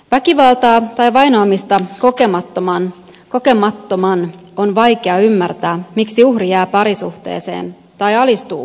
väkivaltaa tai vainoamista kokemattoman on vaikea ymmärtää miksi uhri jää parisuhteeseen tai alistuu vainoamiselle